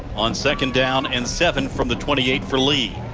on second down and seven from the twenty eight for lee.